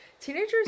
Teenagers